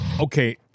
Okay